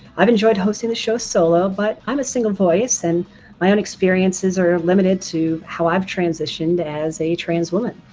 i've enjoyed hosting the show solo but i'm a single voice and my own experiences are limited to how i've transitioned as a trans woman.